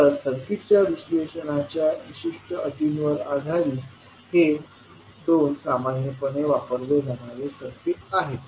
तर सर्किटच्या विश्लेषणाच्या विशिष्ट अटींवर आधारित हे दोन सामान्यपणे वापरले जाणारे सर्किट्स आहेत